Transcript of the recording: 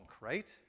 right